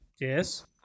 Yes